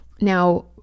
Now